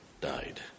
died